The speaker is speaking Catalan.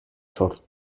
sord